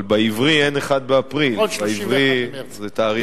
אבל בעברי אין 1 באפריל, בעברי זה תאריך עברי.